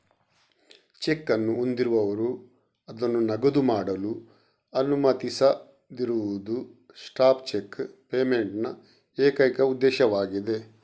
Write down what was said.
check ಅನ್ನು ಹೊಂದಿರುವವರು ಅದನ್ನು ನಗದು ಮಾಡಲು ಅನುಮತಿಸದಿರುವುದು ಸ್ಟಾಪ್ ಚೆಕ್ ಪೇಮೆಂಟ್ ನ ಏಕೈಕ ಉದ್ದೇಶವಾಗಿದೆ